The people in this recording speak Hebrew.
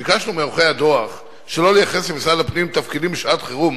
ביקשנו מעורכי הדוח שלא לייחס למשרד הפנים תפקידים לשעת חירום